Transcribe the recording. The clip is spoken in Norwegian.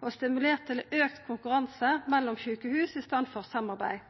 og stimulert til auka konkurranse mellom sjukehus i staden for samarbeid.